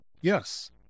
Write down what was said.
yes